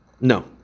No